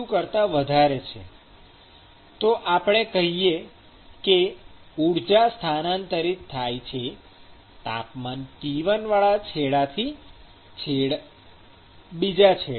ધારો કે T1 T2 તો આપણે કહીયે કે ઊર્જા સ્થાનાંતરિત થાય છે તાપમાન T1 વાળા છેડાથી સ્લેબના બીજા છેડે